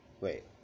wait